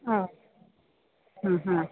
ആ ആ ഹാ